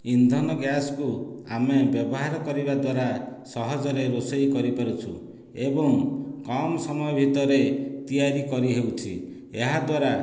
ଇନ୍ଧନ ଗ୍ୟାସ୍କୁ ଆମେ ବ୍ୟବହାର କରିବା ଦ୍ୱାରା ସହଜରେ ରୋଷେଇ କରିପାରୁଛୁ ଏବଂ କମ୍ ସମୟ ଭିତରେ ତିଆରି କରି ହେଉଛି ଏହା ଦ୍ୱାରା